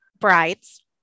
brides